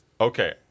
Okay